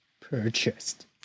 Purchased